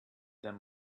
them